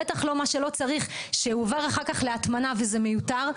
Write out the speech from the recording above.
בטח לא מה שלא צריך שהוא עובר אחר כך להטמנה וזה מיותר,